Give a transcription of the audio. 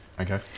Okay